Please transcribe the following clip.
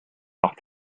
par